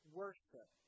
worship